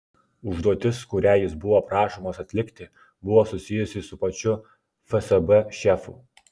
užduotis kurią jis buvo prašomas atlikti buvo susijusi su pačiu fsb šefu